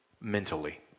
Mentally